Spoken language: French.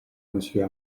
monsieur